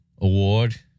award